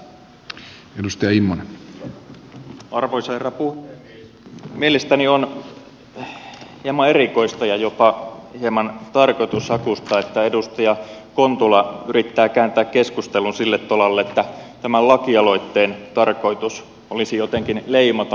mielestäni on hieman erikoista ja jopa hieman tarkoitushakuista että edustaja kontula yrittää kääntää keskustelun sille tolalle että tämän lakialoitteen tarkoitus olisi jotenkin leimata romanivähemmistöä